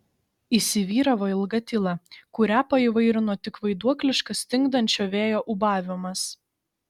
įsivyravo ilga tyla kurią paįvairino tik vaiduokliškas stingdančio vėjo ūbavimas